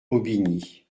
aubigny